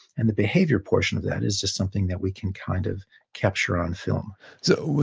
and the behavior portion of that is just something that we can kind of capture on film so,